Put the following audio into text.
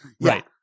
right